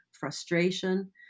frustration